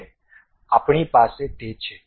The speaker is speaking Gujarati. હવે આપણી પાસે તે છે